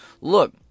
Look